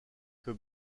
que